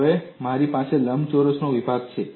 હવે મારી પાસે લંબચોરસ બીમનો વિભાગ છે